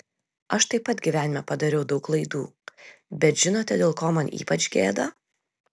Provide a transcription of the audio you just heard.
aš taip pat gyvenime padariau daug klaidų bet žinote dėl ko man ypač gėda